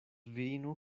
virino